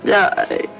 die